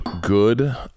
good